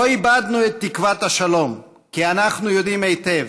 לא איבדנו את תקוות השלום, כי אנחנו יודעים היטב: